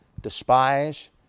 despise